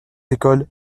écoles